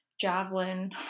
javelin